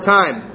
time